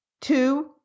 Two